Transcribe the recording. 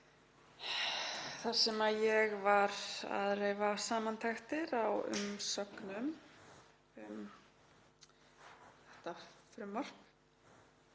þar sem ég var að reifa samantektir á umsögnum um þetta frumvarp.